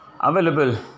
available